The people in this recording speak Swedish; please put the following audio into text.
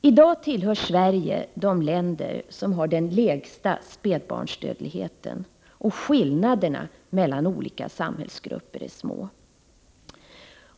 I dag tillhör Sverige de länder som har den lägsta spädbarnsdödligheten, och skillnaderna mellan olika samhällsgrupper är små.